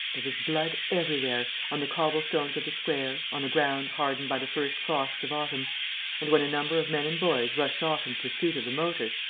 there was blood everywhere, on the cobblestones of the square, on the ground hardened by the first frosts of autumn and, when a number of men and boys rushed off in pursuit of the motor,